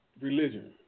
religion